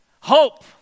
Hope